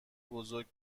بزرگ